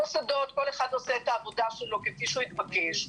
כל אחד עושה את העבודה שלו כפי שהתבקש.